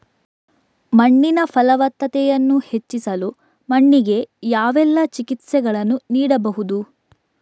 ಮಣ್ಣಿನ ಫಲವತ್ತತೆಯನ್ನು ಹೆಚ್ಚಿಸಲು ಮಣ್ಣಿಗೆ ಯಾವೆಲ್ಲಾ ಚಿಕಿತ್ಸೆಗಳನ್ನು ನೀಡಬಹುದು?